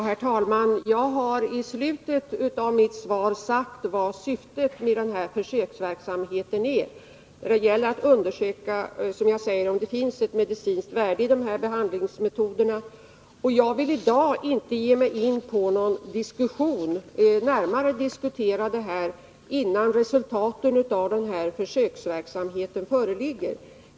Herr talman! Jag sade i slutet av mitt svar vad syftet med den här försöksverksamheten är. Det gäller att undersöka om det finns ett medicinskt värde i de här behandlingsmetoderna, och jag vill i dag inte ge mig in på någon närmare diskussion om detta innan resultaten av den här försöksverksamheten föreligger.